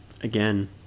Again